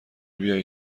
بیای